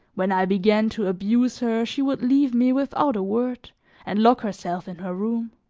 when i began to abuse her she would leave me without a word and lock herself in her room.